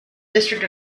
district